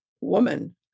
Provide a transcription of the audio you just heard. woman